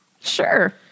Sure